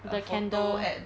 the candle